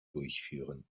durchführen